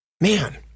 Man